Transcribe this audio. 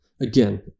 Again